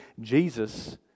Jesus